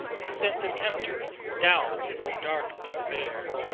he sent the tempters doubt and dark despair.